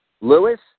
Lewis